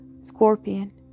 Scorpion